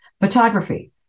Photography